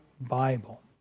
Bible